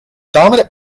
dominant